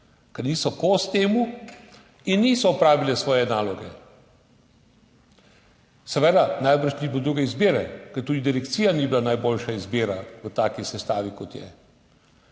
ker niso kos temu in niso opravile svoje naloge. Seveda najbrž ni bilo druge izbire, ker tudi direkcija ni bila najboljša izbira v taki sestavi, kot je.